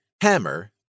hammer